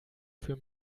für